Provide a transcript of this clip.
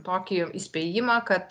tokį įspėjimą kad